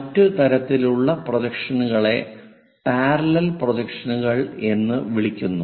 മറ്റ് തരത്തിലുള്ള പ്രൊജക്ഷനുകളെ പാരലൽ പ്രൊജക്ഷനുകൾ എന്ന് വിളിക്കുന്നു